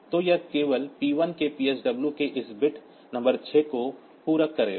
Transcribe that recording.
तो यह केवल P1 के PSW के इस बिट नंबर छह को पूरक करेगा